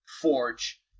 Forge